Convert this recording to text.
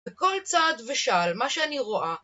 בכל צעד ושל מה שאני רואה.